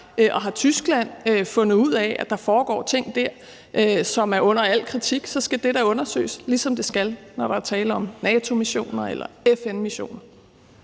Og har Tyskland fundet ud af, at der foregår ting der, som er under al kritik, så skal det da undersøges, ligesom det skal, når der er tale om NATO-missioner eller FN-missioner.